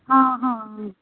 ਹਾਂ ਹਾਂ